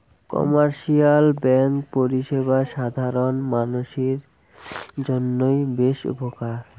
commercial bank পরিষেবা সাধারণ মানসির জইন্যে বেশ উপকার